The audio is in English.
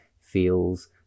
feels